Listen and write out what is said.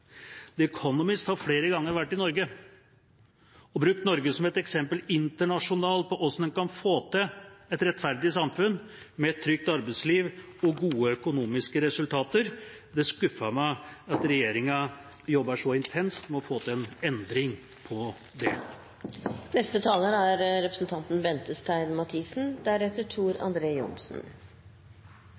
The Economist har flere ganger vært i Norge, og de har brukt Norge som et eksempel internasjonalt på hvordan en kan få til et rettferdig samfunn med et trygt arbeidsliv og gode økonomiske resultater. Det skuffer meg at regjeringa jobber så intenst med å få til en endring på det. Det er